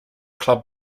club